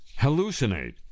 hallucinate